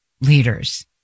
leaders